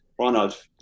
Ronald